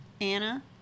Anna